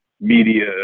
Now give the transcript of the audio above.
media